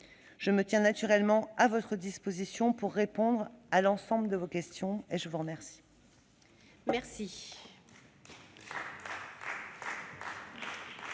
Je me tiens naturellement à votre disposition pour répondre à l'ensemble de vos questions. La parole est à M.